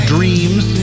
Dreams